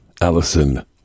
Allison